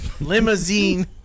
Limousine